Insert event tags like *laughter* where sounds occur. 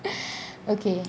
*breath* okay